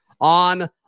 on